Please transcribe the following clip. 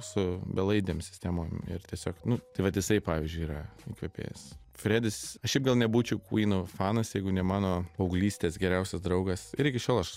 su belaidėm sistemom ir tiesiog nu vat jisai pavyzdžiui yra įkvepėjas fredis aš šiaip gal nebūčiau kvynų fanas jeigu ne mano paauglystės geriausias draugas ir iki šiol aš